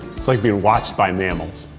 it's like being watched by mammals.